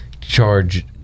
charge